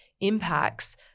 impacts